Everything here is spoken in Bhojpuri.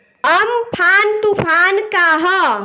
अमफान तुफान का ह?